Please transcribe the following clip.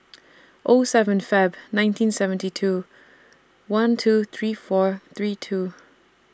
O seven Feb nineteen seventy two one two three four three two